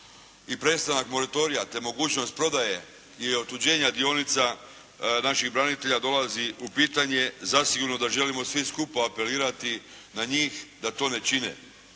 i prestanak monitorija te mogućnost prodaje i otuđenja dionica naših branitelja dolazi u pitanje, zasigurno da želimo svi skupa apelirati na njih da to ne čine.